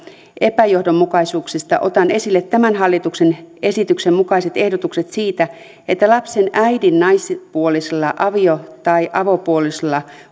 epäjohdonmukaisuuksista otan esille tämän hallituksen esityksen mukaiset ehdotukset siitä että lapsen äidin naispuolisella avio tai avopuolisolla